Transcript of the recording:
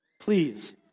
Please